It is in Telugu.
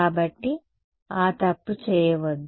కాబట్టి ఆ తప్పు చేయవద్దు